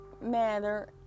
matter